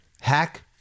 hack